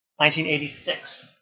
1986